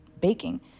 baking